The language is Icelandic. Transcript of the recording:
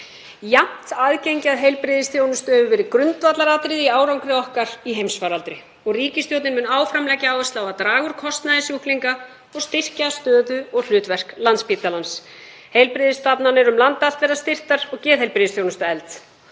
Jafnt aðgengi að heilbrigðisþjónustu hefur verið grundvallaratriði í árangri okkar í heimsfaraldri og ríkisstjórnin mun áfram leggja áherslu á að draga úr kostnaði sjúklinga og styrkja stöðu og hlutverk Landspítalans. Heilbrigðisstofnanir um land allt verða styrktar og geðheilbrigðisþjónustan efld.